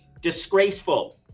Disgraceful